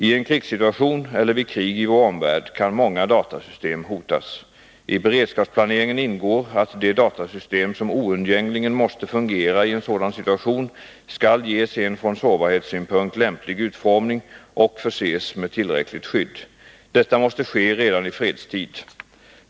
Ien krigssituation eller vid krig i vår omvärld kan många datasystem hotas. I beredskapsplaneringen ingår att de datasystem som oundgängligen måste fungera i en sådan situation skall ges en från sårbarhetssynpunkt lämplig utformning och förses med tillräckligt skydd. Detta måste ske redan i fredstid.